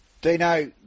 dino